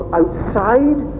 outside